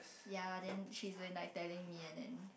yeah then she will like telling me and then